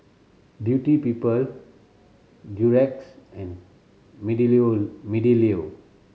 Beauty People Durex and Meadlow Mealiu